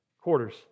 quarters